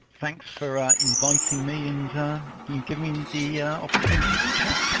thanks for inviting me and yeah giving me the opportunity to chat.